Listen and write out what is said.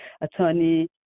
Attorney